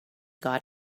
got